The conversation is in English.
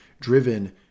driven